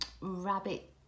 rabbit